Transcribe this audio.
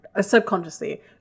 subconsciously